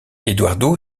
eduardo